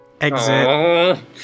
Exit